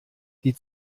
die